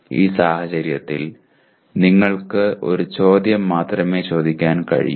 ഈ സാഹചര്യത്തിൽ നിങ്ങൾക്ക് ഒരു ചോദ്യം മാത്രമേ ചോദിക്കാൻ കഴിയൂ